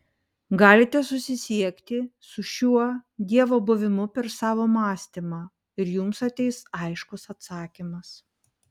galite susisiekti su šiuo dievo buvimu per savo mąstymą ir jums ateis aiškus atsakymas